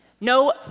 no